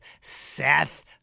Seth